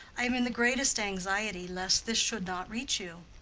i am in the greatest anxiety lest this should not reach you.